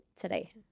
today